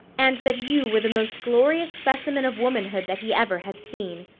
and that you were the most glorious specimen of womanhood that he ever had seen.